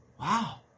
wow